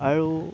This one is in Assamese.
আৰু